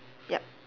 yup